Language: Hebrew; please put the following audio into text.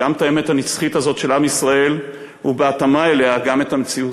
גם את האמת הנצחית הזאת של עם ישראל ובהתאמה אליה גם את המציאות,